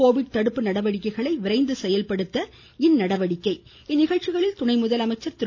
Covid தடுப்பு நடவடிக்கைகள் விரைந்து செயல்படுத்த இந்நடவடிக்கை இந்நிகழ்ச்சிகளில் துணை முதலமைச்சர் திரு